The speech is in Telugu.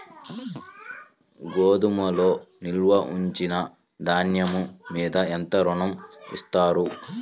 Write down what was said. గోదాములో నిల్వ ఉంచిన ధాన్యము మీద ఎంత ఋణం ఇస్తారు?